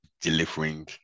delivering